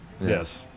yes